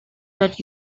that